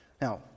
Now